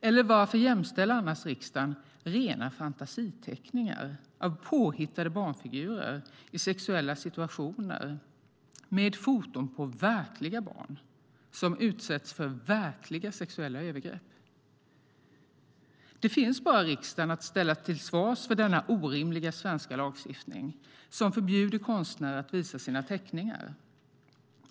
Eller varför jämställer annars riksdagen rena fantasiteckningar av påhittade barnfigurer i sexuella situationer med foton på verkliga barn som utsätts för verkliga sexuella övergrepp? Det finns bara riksdagen att ställa till svars för denna orimliga svenska lagstiftning som förbjuder konstnärer att visa sina teckningar.